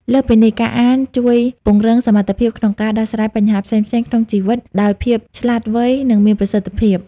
លើសពីនេះ ការអានជួយ ពង្រឹងសមត្ថភាពក្នុងការដោះស្រាយបញ្ហាផ្សេងៗក្នុងជីវិត ដោយភាពឆ្លាតវៃ និងមានប្រសិទ្ធភាព។